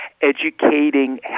educating